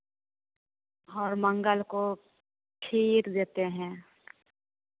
और मंगल को खीर देते हैं